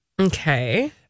Okay